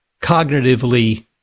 cognitively